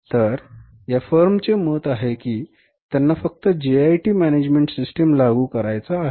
तर या फर्मचे मत आहे की त्यांना फक्त JIT मॅनेजमेंट सिस्टम लागू करायचा आहे